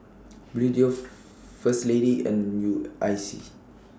Bluedio First Lady and U I C